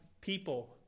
people